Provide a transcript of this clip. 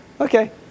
Okay